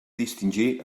distingir